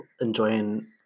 enjoying